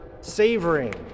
savoring